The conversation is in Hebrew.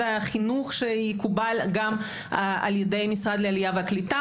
החינוך שיקובל גם על ידי המשרד העלייה והקליטה,